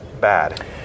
bad